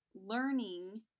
learning